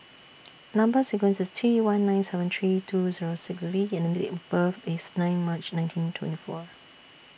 Number sequence IS T one nine seven three two Zero six V and Date of birth IS nine March nineteen twenty four